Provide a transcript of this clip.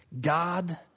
God